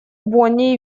бонне